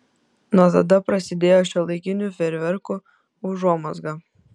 nuo tada prasidėjo šiuolaikinių fejerverkų užuomazga